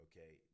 Okay